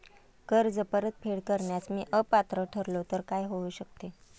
कर्ज परतफेड करण्यास मी अपात्र ठरलो तर काय होऊ शकते?